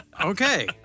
Okay